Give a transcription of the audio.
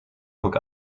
hook